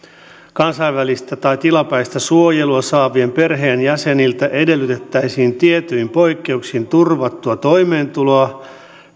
kansainvälistä tai tilapäistä suojelua saavien perheenjäseniltä edellytettäisiin tietyin poikkeuksin turvattua toimeentuloa